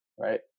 right